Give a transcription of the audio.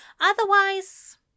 Otherwise